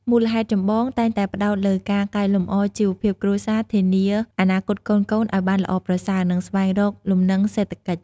មូលហេតុចម្បងតែងតែផ្តោតលើការកែលម្អជីវភាពគ្រួសារ ធានាអនាគតកូនៗឲ្យបានល្អប្រសើរ និងស្វែងរកលំនឹងសេដ្ឋកិច្ច។